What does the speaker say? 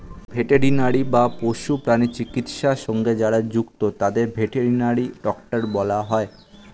veterinary বা পশু প্রাণী চিকিৎসা সঙ্গে যারা যুক্ত তাদের ভেটেরিনারি ডক্টর বলা হয়